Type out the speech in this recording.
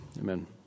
Amen